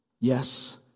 Yes